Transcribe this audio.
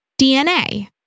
DNA